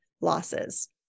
losses